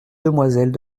demoiselles